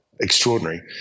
extraordinary